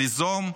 ליזום,